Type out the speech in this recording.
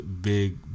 big